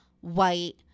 white